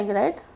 right